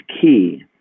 key